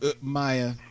Maya